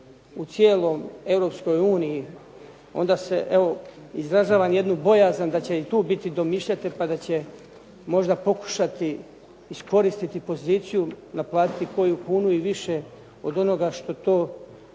u cijeloj Europskoj uniji onda se evo izražavam jednu bojazan da će i tu biti domišljate pa da će možda pokušati iskoristiti poziciju naplatiti koju kunu i više od onoga što to su